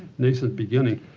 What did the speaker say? nascent beginning.